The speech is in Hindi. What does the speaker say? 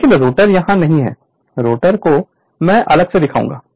लेकिन रोटर यहां नहीं है रोटर को मैं अलग से दिखाऊंगा